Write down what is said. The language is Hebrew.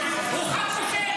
הוא ח"כ פושע.